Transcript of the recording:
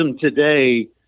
today